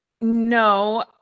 No